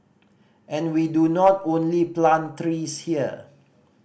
and we do not only plant trees here